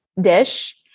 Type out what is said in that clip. dish